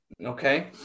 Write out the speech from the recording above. Okay